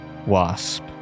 wasp